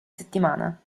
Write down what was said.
settimana